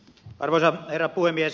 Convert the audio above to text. arvoisa herra puhemies